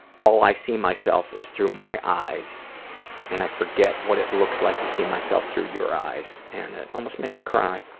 all i see myself is through my eyes and i forget what it looks like to see myself through your eyes and it almost made me cry.